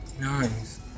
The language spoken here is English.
Nice